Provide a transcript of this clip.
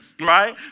right